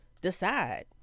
decide